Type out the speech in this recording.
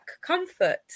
comfort